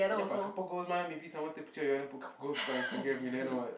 ya but couple goals mah maybe someone take picture you wanna put couple goals sign Instagram you never know [what]